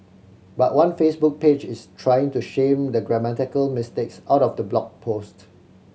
but one Facebook page is trying to shame the grammatical mistakes out of the blog post